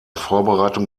vorbereitung